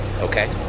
Okay